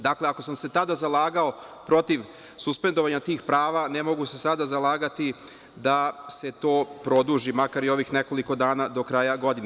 Dakle, ako sam se tada zalagao protiv suspendovanja tih prava, ne mogu se sada zalagati da se to produži, makar i ovih nekoliko dana do kraja godine.